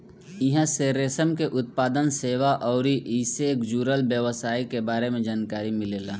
इहां से रेशम के उत्पादन, सेवा अउरी ऐइसे जुड़ल व्यवसाय के बारे में जानकारी मिलेला